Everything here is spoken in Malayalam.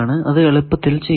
അത് എളുപ്പത്തിൽ ചെയ്യാം